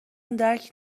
درک